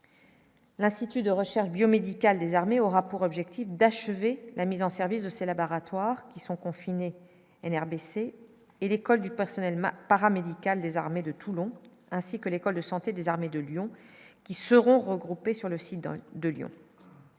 L'institut de recherche biomédicale aura pour objectif d'achever la mise en service de c'est la barre à Thouars, qui sont confinés NRBC et l'école du personnel Marks paramédical armées de Toulon, ainsi que l'école de santé des armées de Lyon qui seront regroupés sur le site dans